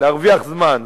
להרוויח זמן.